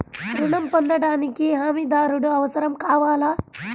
ఋణం పొందటానికి హమీదారుడు అవసరం కావాలా?